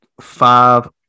five